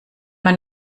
man